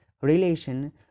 relation